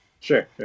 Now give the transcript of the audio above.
Sure